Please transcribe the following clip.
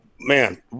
man